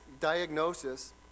diagnosis